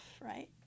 right